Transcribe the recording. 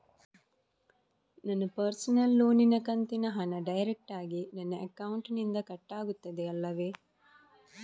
ನನ್ನ ಪರ್ಸನಲ್ ಲೋನಿನ ಕಂತಿನ ಹಣ ಡೈರೆಕ್ಟಾಗಿ ನನ್ನ ಅಕೌಂಟಿನಿಂದ ಕಟ್ಟಾಗುತ್ತದೆ ಅಲ್ಲವೆ?